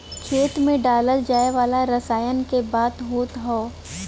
खेत मे डालल जाए वाला रसायन क बात होत हौ